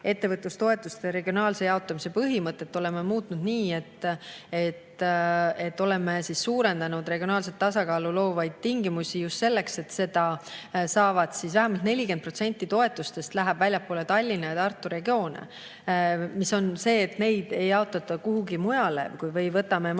ettevõtlustoetuste regionaalse jaotamise põhimõtet oleme muutnud nii, et oleme suurendanud regionaalset tasakaalu loovaid tingimusi just selleks, et vähemalt 40% toetustest läheb väljapoole Tallinna ja Tartu regioone. Neid ei jaotata kuhugi mujale. Või võtame Maaelu